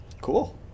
Cool